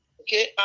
okay